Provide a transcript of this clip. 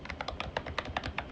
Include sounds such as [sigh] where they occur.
[noise]